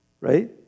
right